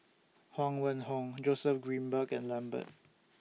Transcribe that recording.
Huang Wenhong Joseph Grimberg and Lambert